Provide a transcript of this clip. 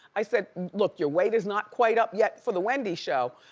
i said, look, you're weight is not quite up yet for the wendy show,